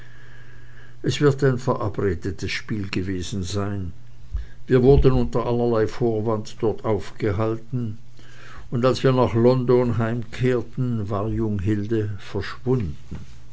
es wird ein verabredetes spiel gewesen sein wir wurden unter allerlei vorwand dort aufgehalten und als wir nach london heimkehrten war jung hilde verschwunden